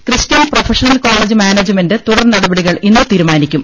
Christian professional college management തുടർ നടപടികൾ ഇന്ന് തീരുമാനിക്കും